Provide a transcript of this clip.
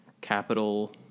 capital